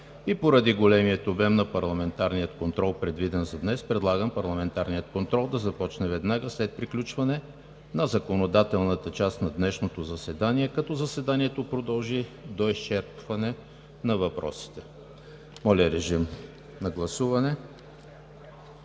Поради големия обем на парламентарния контрол, предвиден за днес, предлагам парламентарният контрол да започне веднага след приключване на законодателната част на днешното заседание, като заседанието продължи до изчерпване на въпросите. Моля, режим на гласуване.